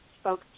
spoke